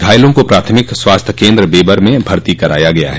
घायलों को प्राथमिक स्वास्थ्य केन्द्र बेबर में भर्ती करा गया गया हैं